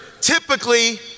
typically